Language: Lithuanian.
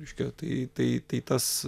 reiškia tai tai tas